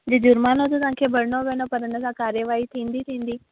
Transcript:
जी जुर्मानो त तव्हांखे भरिणो पवंदो पर हिन सां कार्यवाही थींदी थींदी